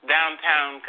Downtown